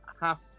half